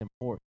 important